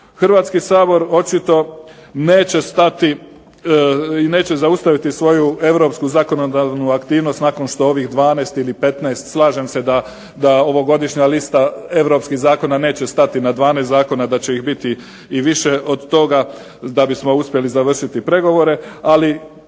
Hrvatski sabor očito neće stati i neće zaustaviti svoju europsku zakonodavnu aktivnost nakon što ovih 12 ili 15, slažem se da ovogodišnja lista europskih zakona neće stati na 12 zakona, da će ih biti i više od toga da bismo uspjeli završiti pregovore, ali